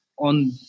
on